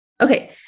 Okay